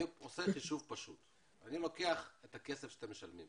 אני עושה חישוב פשוט: אני לוקח את הכסף שאתם משלמים,